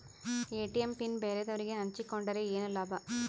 ATM PIN ಬ್ಯಾರೆದವರಗೆ ಹಂಚಿಕೊಂಡರೆ ಏನು ಲಾಭ?